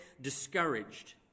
Discouraged